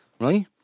Right